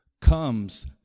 comes